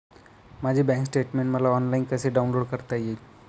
माझे bank statement मला online कसे डाउनलोड करता येईल?